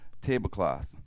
Tablecloth